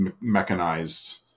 mechanized